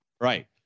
Right